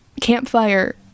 campfire